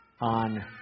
on